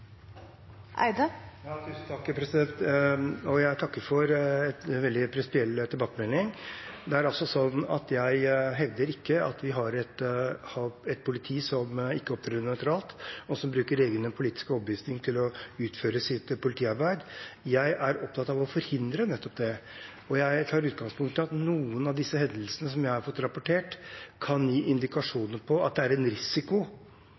Jeg takker for en veldig prinsipiell tilbakemelding. Jeg hevder altså ikke at vi har et politi som ikke opptrer nøytralt, og som bruker egen politisk overbevisning til å utføre sitt politiarbeid. Jeg er opptatt av å forhindre nettopp det, og jeg tar utgangspunkt i at noen av de hendelsene som jeg har fått rapportert om, kan gi indikasjoner på at det er en risiko